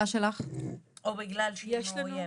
או בגלל שהיא מאוימת.